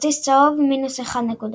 כרטיס צהוב – 1- נקודות.